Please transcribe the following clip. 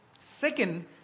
Second